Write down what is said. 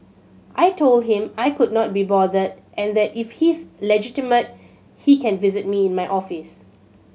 I told him I could not be bothered and that if he's legitimate he can visit me in my office